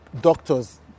doctors